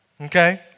okay